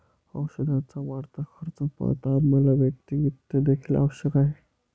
औषधाचा वाढता खर्च पाहता आम्हाला वैयक्तिक वित्त देखील आवश्यक आहे